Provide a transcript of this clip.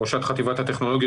ראשת חטיבת הטכנולוגיה,